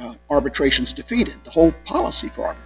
oh arbitrations defeated the whole policy for